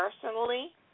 personally